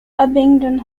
abingdon